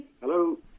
Hello